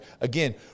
again